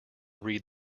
read